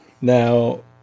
Now